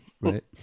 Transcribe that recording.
right